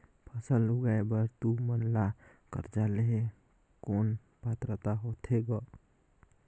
फसल उगाय बर तू मन ला कर्जा लेहे कौन पात्रता होथे ग?